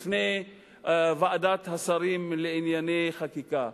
בפני ועדת השרים לענייני חקיקה,